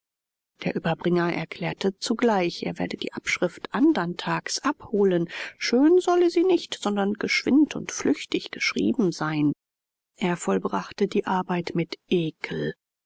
der überbringer erklärte zugleich er werde die abschrift andern tags abholen schön solle sie nicht sondern geschwind und flüchtig geschrieben sein er vollbrachte die arbeit mit ekel